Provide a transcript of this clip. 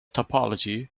topology